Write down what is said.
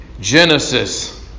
Genesis